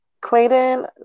Clayton